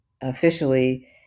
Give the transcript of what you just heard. officially